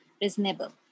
reasonable